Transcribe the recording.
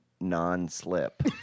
Non-slip